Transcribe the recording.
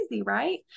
right